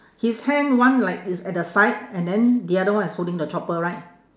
his hand one like is at the side and then the other one is holding the chopper right